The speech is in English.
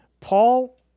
Paul